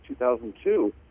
2002